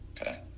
Okay